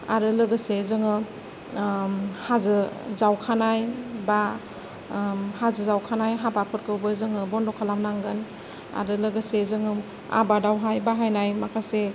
आरो लोगोसे जोङो हाजो जावखानाय बा हाजो जावखानाय हाबाफोरखौबो जोङो बन्द' खालामनांगोन आरो लोगोसे जोङो आबादावहाय बाहायनाय माखासे